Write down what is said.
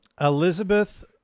Elizabeth